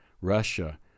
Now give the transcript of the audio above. Russia